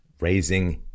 raising